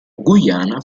guyana